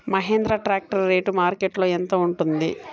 Mahindra tractor rate మార్కెట్లో యెంత ఉంటుంది?